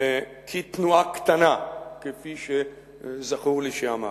כתנועה קטנה, כפי שזכור לי שאמר.